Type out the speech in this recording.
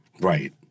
right